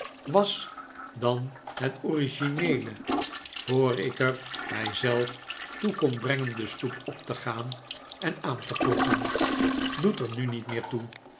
was dan het origineele voor ik er mijzelf toe kon brengen de stoep op te gaan en aan te kloppen doet er nu niet meer toe